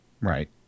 right